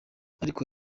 ariko